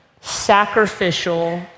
sacrificial